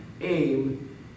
aim